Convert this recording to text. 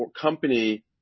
company